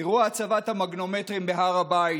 אירוע הצבת המגנומטרים בהר הבית,